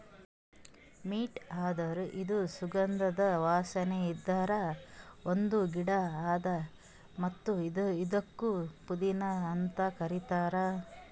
mint ಅಂದುರ್ ಇದು ಸುಗಂಧದ ವಾಸನೆ ಇರದ್ ಒಂದ್ ಗಿಡ ಅದಾ ಮತ್ತ ಇದುಕ್ ಪುದೀನಾ ಅಂತ್ ಕರಿತಾರ್